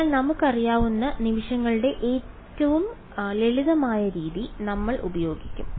അതിനാൽ നമുക്കറിയാവുന്ന നിമിഷങ്ങളുടെ ഏറ്റവും ലളിതമായ രീതി നമ്മൾ ഉപയോഗിക്കും